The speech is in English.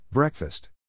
Breakfast